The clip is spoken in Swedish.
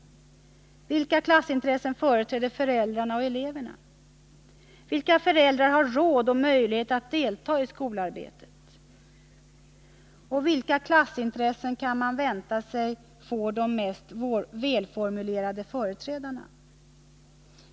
Vilka klassintressen företräder föräldrar och elever? Vilka föräldrar har råd och möjlighet att delta i skolarbetet? Vilka klassintressen kan man vänta sig får företrädarna med den bästa formuleringsförmågan?